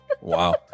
wow